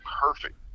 perfect